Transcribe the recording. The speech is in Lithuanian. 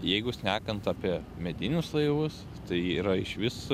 jeigu šnekant apie medinius laivus tai yra išvis